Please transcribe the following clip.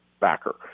backer